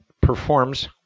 performs